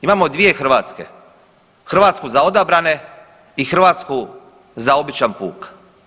Imamo dvije Hrvatske, Hrvatsku za odabrane i Hrvatsku za običan puk.